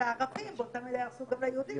לערבים אז באותה מידה יהרסו גם ליהודים,